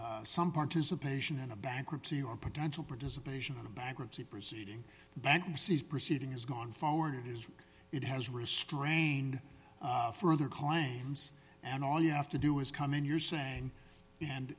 has some participation in a bankruptcy or potential participation in a bankruptcy proceeding the bankruptcy proceeding is going forward it is it has restrained further claims and all you have to do is come in you're saying and